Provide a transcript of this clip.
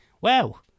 wow